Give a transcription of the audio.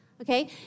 Okay